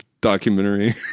documentary